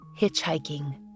hitchhiking